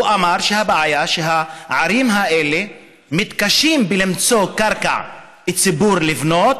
הוא אמר שהבעיה היא שבערים האלה מתקשים למצוא קרקע ציבורית לבנות,